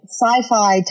sci-fi